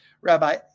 Rabbi